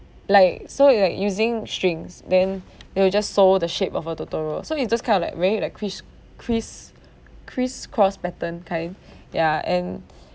like so like using strings then then you just sew the shape of a totoro so it was just kind of like very like criss criss criss cross pattern kind ya and